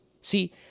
See